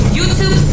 YouTube